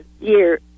year